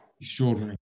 Extraordinary